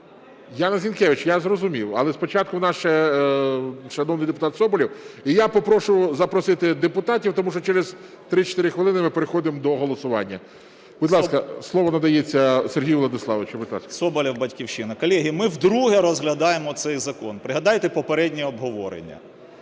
Яна Зінкевич, я зрозумів. Але спочатку у нас ще, шановний депутат Соболєв. І я попрошу запросити депутатів, тому що через 3-4 хвилини ми переходимо до голосування. Будь ласка, слово надається Сергію Владиславовичу. Будь ласка. 13:49:05 СОБОЛЄВ С.В. Соболєв, "Батьківщина". Колеги, ми вдруге розглядаємо цей закон. Пригадайте попереднє обговорення.